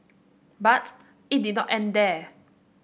but it did not end there